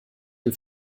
dem